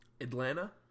Atlanta